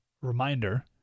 reminder